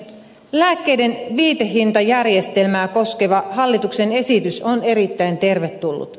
lääkkeiden viitahintajärjestelmää koskeva hallituksen esitys on erittäin tervetullut